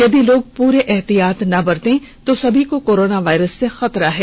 यदि लोग पूरी एहतियात ना बरते तो सभी को कोराना वायरस से खतरा है